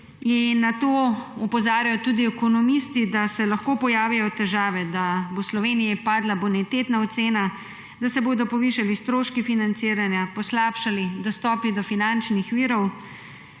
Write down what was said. na to opozarjajo tudi ekonomisti, da se lahko pojavilo težave, da bo Sloveniji padla bonitetna ocena, da se bodo povišali stroški financiranja, poslabšali dostopi do finančnih virov,